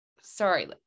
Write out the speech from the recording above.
sorry